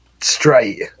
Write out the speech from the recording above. straight